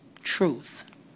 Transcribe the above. Truth